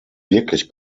wirklich